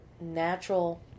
natural